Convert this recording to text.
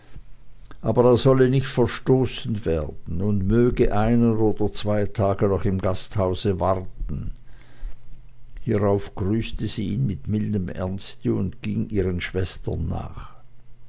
aber er solle nicht verstoßen werden und möge einen oder zwei tage noch im gasthause warten hierauf grüßte sie ihn mit mildem ernste und ging ihren schwestern nach